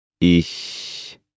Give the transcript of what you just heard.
ich